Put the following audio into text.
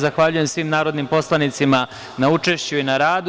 Zahvaljujem svim narodnim poslanicima na učešću i na radu.